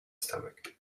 stomach